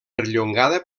perllongada